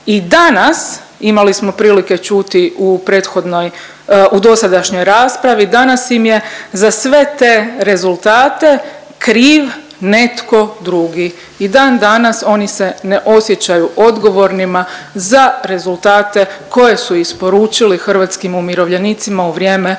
I danas imali smo prilike čuti u prethodnoj u dosadašnjoj raspravi, danas im je za sve te rezultate kriv netko drugi. I dan danas oni se ne osjećaju odgovornima za rezultate koje su isporučili hrvatskim umirovljenicima u vrijeme